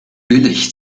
billig